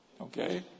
Okay